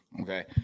Okay